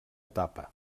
etapa